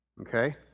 Okay